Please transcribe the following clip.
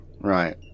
Right